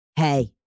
hey